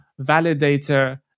validator